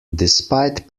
despite